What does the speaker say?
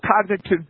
cognitive